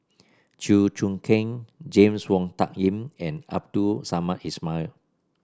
Chew Choo Keng James Wong Tuck Yim and Abdul Samad Ismail